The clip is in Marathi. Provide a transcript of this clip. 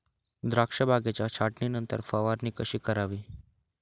द्राक्ष बागेच्या छाटणीनंतर फवारणी कशी करावी?